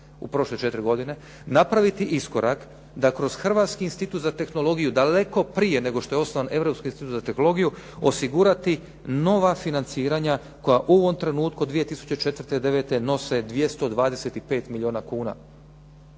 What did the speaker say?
u prošle 4 godine, napraviti iskorak da kroz Hrvatski institut za tehnologiju daleko prije nego što je osnovan Europski institut za tehnologiju osigurati nova financiranja koja u ovom trenutku 2004. devete nose 225 milijuna kuna.